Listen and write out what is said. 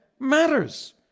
matters